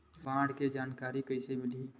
बाढ़ के जानकारी कइसे मिलही?